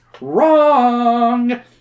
Wrong